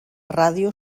ràdio